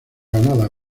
ganada